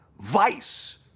Vice